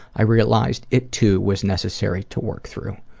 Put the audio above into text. i realized it too was necessary to work through.